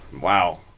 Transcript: Wow